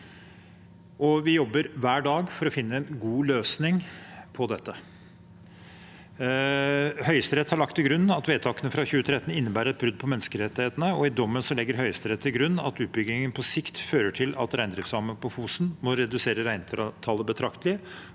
vi jobber hver dag for å finne en god løsning på dette. Høyesterett har lagt til grunn at vedtakene fra 2013 innebærer et brudd på menneskerettighetene. I dommen legger Høyesterett til grunn at utbyggingen på sikt fører til at reindriftssamene på Fosen må redusere reintallet betraktelig,